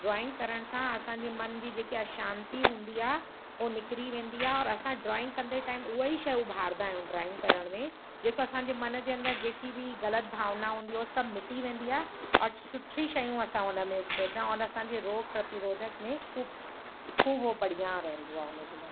drawing करण सां असांजे मन जी जेकी अशांती हूंदी आहे हो निकिरी वेंदी आहे और असां ड्रॉइंग कंदे टाइम उहो ई शइ उभारींदा आहियूं ड्रॉइंग करण में जेको असांजे मन जे अंदर जेकी बि ग़लति भावना हूंदी आहे उहो सभु मिटी वेंदी आहे और सुठी शयूं असां उन में उकेरंदा आहियूं और असांजे रोग प्रधिरोधक में खू ख़ूब हो बढ़िया रहंदो आहे उन जे लाइ